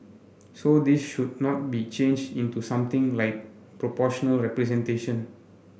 so this should not be changed into something like proportional representation